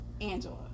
Angela